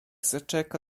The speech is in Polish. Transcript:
zaczeka